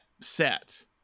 set